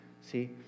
See